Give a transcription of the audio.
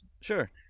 Sure